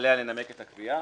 עליה לנמק את הקביעה.